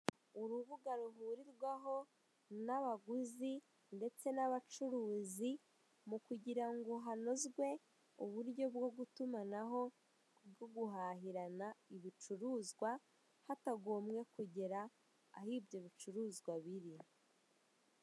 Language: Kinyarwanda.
Urubuga ruhurirwaho n'abaguzi ndetse n'abacuruzi mu kugira ngo hanozwe uburyo bwo gutumanaho no guhahirana ibicuruzwa hatagombye kugera aho ibyo bicuruzwa biri.